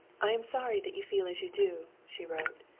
i am sorry that you feel as you do, she wrote,